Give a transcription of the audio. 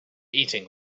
eating